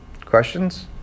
Questions